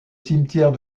cimetière